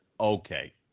okay